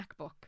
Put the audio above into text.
MacBook